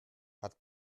hat